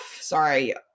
sorry